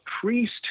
priest